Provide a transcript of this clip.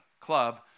club